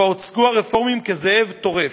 שבה הוצגו הרפורמים כזאב טורף,